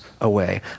away